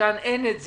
כאן אין את זה,